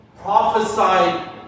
prophesied